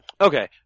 Okay